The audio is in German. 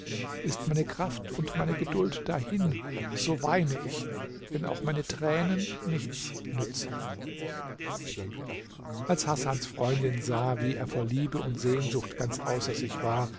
ist meine kraft und meine geduld dahin so weine ich wenn auch meine tränen nichts nützen als hasans freundin sah wie er vor liebe und sehnsucht ganz außer sich war